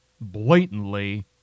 blatantly